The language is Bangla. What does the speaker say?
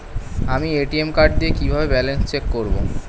আমি এ.টি.এম কার্ড দিয়ে কিভাবে ব্যালেন্স চেক করব?